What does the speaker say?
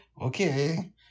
Okay